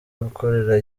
akorera